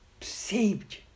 saved